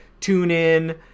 TuneIn